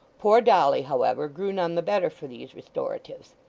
poor dolly, however, grew none the better for these restoratives,